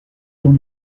dont